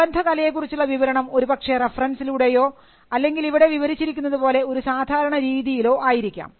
അനുബന്ധ കലയെ കുറിച്ചുള്ള വിവരണം ഒരുപക്ഷേ റഫറൻസിലൂടെയോ അല്ലെങ്കിൽ ഇവിടെ വിവരിച്ചിരിക്കുന്നത് പോലെ ഒരു സാധാരണ രീതിയിലോ ആയിരിക്കാം